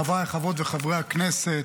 חבריי חברות וחברי הכנסת,